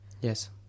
Yes